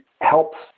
helps